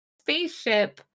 spaceship